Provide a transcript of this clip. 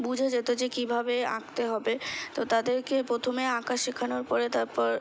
বুঝে যেতো যে কীভাবে আঁকতে হবে তো তাদেরকে প্রথমে আঁকা শেখানোর পরে তারপর